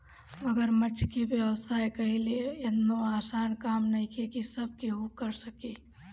मगरमच्छ के व्यवसाय कईल एतनो आसान काम नइखे की सब केहू कर सके